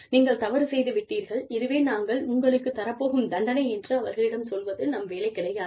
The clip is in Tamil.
நீங்கள் தவறு செய்து விட்டீர்கள் இதுவே நாங்கள் உங்களுக்குத் தரப் போகும் தண்டனை என்று அவர்களிடம் சொல்வது நம் வேலை கிடையாது